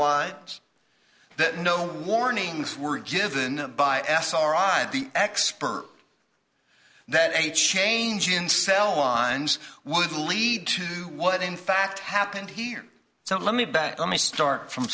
lines that no warnings were given by sri the expert that a change in cell lines would lead to what in fact happened here so let me back let me start from